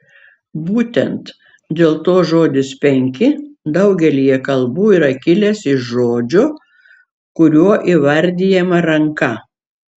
būtent dėl to žodis penki daugelyje kalbų yra kilęs iš žodžio kuriuo įvardijama ranka